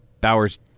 Bowers